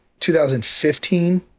2015